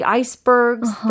icebergs